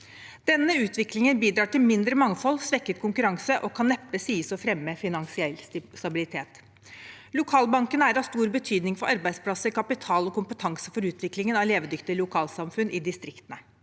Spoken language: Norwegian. Denne utviklingen bidrar til mindre mangfold og svekket konkurranse og kan neppe sies å fremme finansiell stabilitet. Lokalbankene er av stor betydning for arbeidsplasser, kapital og kompetanse for utviklingen av levedyktige lokalsamfunn i distriktene.